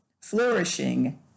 Flourishing